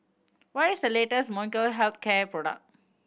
what is the latest Molnylcke Health Care product